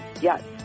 Yes